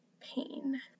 pain